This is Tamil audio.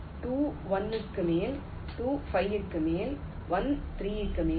2 1 க்கு மேல் 2 5 க்கு மேல் 1 3 க்கு மேல்